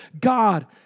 God